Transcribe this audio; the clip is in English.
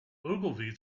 ogilvy